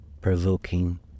provoking